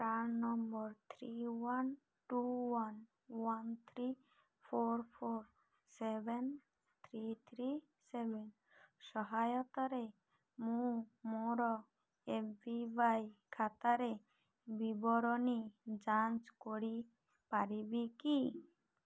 PRAN number three one two one one three four four seven three three seven ସହାୟତାରେ ମୁଁ ମୋର A P Y ଖାତାର ବିବରଣୀ ଯାଞ୍ଚ କରିପାରିବି କି